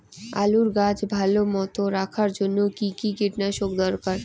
আলুর গাছ ভালো মতো রাখার জন্য কী কী কীটনাশক দরকার?